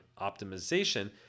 optimization